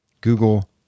Google